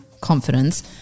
confidence